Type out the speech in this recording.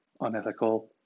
unethical